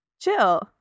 chill